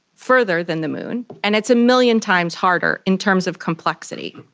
further than the moon, and it's a million times harder in terms of complexity.